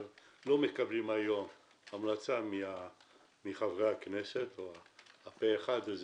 אבל לא מקבלים היום המלצה מחברי הכנסת היום זה "פה אחד"